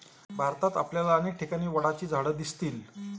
भारतात आपल्याला अनेक ठिकाणी वडाची झाडं दिसतील